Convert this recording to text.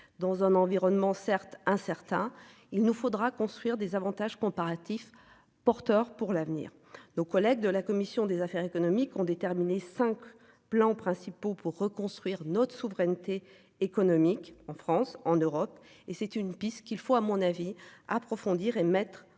dans un environnement certes incertain. Il nous faudra construire des avantages comparatifs porteur pour l'avenir. Nos collègues de la commission des affaires économiques ont déterminé 5 plan principaux pour reconstruire notre souveraineté économique en France, en Europe et c'est une piste qu'il faut à mon avis approfondir et mettre en oeuvre